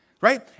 Right